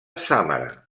sàmara